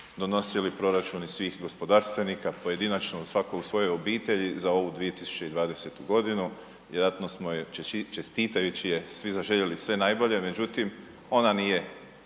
donosili proračuni svih gospodarstvenika pojedinačno, svako u svojoj obitelji za ovu 2020. g., vjerojatno smo čestitajući je svi zaželjeli sve najbolje, međutim, ona nije